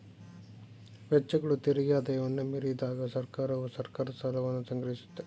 ವೆಚ್ಚಗಳು ತೆರಿಗೆ ಆದಾಯವನ್ನ ಮೀರಿದಾಗ ಸರ್ಕಾರವು ಸರ್ಕಾರದ ಸಾಲವನ್ನ ಸಂಗ್ರಹಿಸುತ್ತೆ